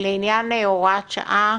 לעניין הוראת שעה